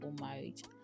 marriage